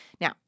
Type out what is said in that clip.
Now